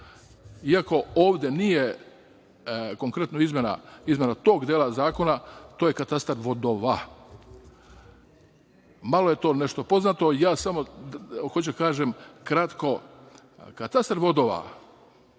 iako ovde nije konkretno izmena tog dela zakona, to je katastar vodova. Malo je to poznato. Ja samo hoću kratko da kažem, katastar vodova